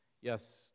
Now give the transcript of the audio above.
Yes